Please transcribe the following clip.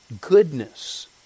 goodness